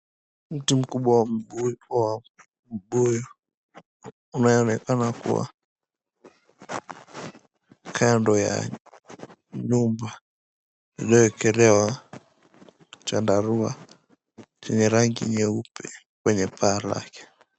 Mti mkubwa wa mbuyu unaonekana kwa kando ya nyumba iliyowekelewa chandarua chenye rangi nyeupe kwenye paa lake.